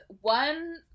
one